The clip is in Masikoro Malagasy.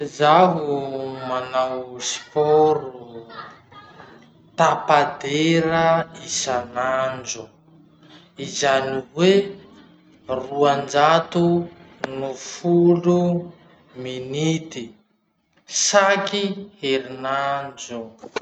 Zaho manao sporo tapa-dera isanandro, izany hoe roanjato no folo minity saky herinandro.